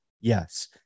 Yes